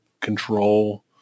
control